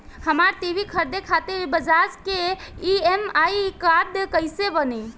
हमरा टी.वी खरीदे खातिर बज़ाज़ के ई.एम.आई कार्ड कईसे बनी?